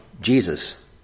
Jesus